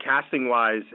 casting-wise